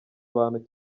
abantu